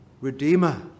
redeemer